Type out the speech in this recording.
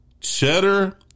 Cheddar